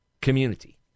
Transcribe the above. community